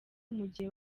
mugihe